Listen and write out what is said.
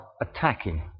attacking